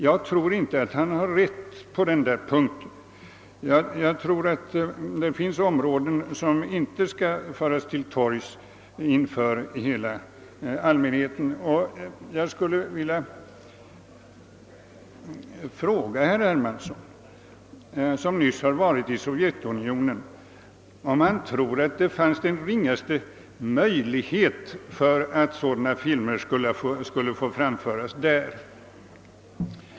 Jag tror inte att han har rätt på den punkten, ty det finns ting som inte skall föras till torgs inför hela allmänheten. Jag skulle vilja fråga herr Hermansson, som nyss har varit i Sovjetunionen, om han tror att det finns den ringaste möjlighet att sådana filmer skulle få visas där.